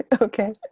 Okay